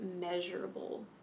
measurable